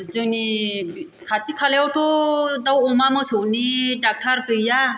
जोंनि खाथि खालायावथ' दाउ अमा मोसौनि डाक्टार गैया